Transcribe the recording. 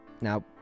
Now